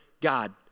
God